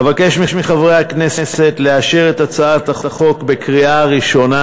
אבקש מחברי הכנסת לאשר את הצעת החוק בקריאה ראשונה